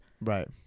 Right